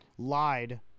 lied